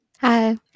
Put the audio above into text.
Hi